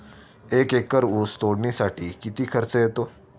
एक एकर ऊस तोडणीसाठी किती खर्च येतो?